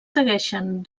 segueixen